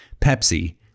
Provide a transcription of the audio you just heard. Pepsi